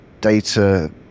data